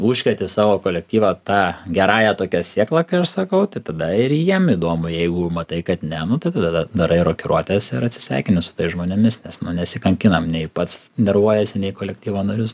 užkreti savo kolektyvą ta gerąja tokia sėkla kai aš sakau tai tada ir jiem įdomu jeigu matai kad ne nu tai tada darai rokiruotes ir atsisveikini su tais žmonėmis nes nu nesikankinam nei pats nervuojiesi nei kolektyvo narius